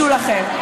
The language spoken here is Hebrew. תתביישו לכם.